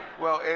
well,